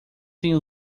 têm